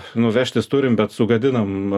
nu vežtis turim bet sugadinam